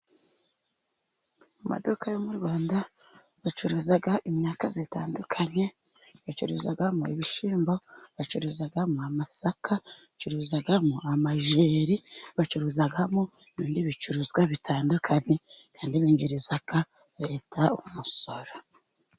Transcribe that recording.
Mu maduka yo mu Rwanda bacuruza imyaka itandukanye, bacururizamo ibishyimbo, bacuruzamo amasaka, bacuruzamo amajyeri, bacuruzamo ibindi bicuruzwa bitandukanye, kandi binjiriza leta umusoro.